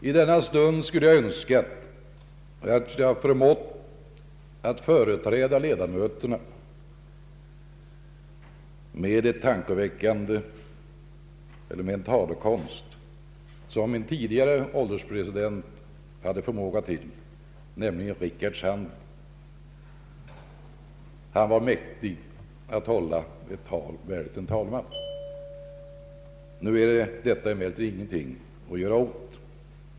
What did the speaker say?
I denna stund skulle jag önska att jag förmått att företräda ledamöterna med en talekonst som en tidigare ålderspresident hade förmåga till, nämligen Rickard Sandler. Han var mäktig att hålla ett tal värdigt en talman. Nu är detta emellertid ingenting att göra åt.